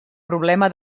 problema